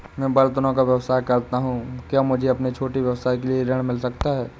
मैं बर्तनों का व्यवसाय करता हूँ क्या मुझे अपने छोटे व्यवसाय के लिए ऋण मिल सकता है?